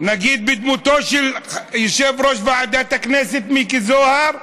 נגיד בדמותו של יושב-ראש ועדת הכנסת מיקי זוהר,